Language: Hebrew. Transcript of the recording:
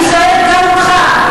אני שואלת גם אותך.